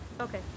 Okay